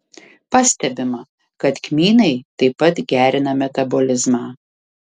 pastebima kad kmynai taip pat gerina metabolizmą